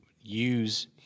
use